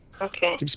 Okay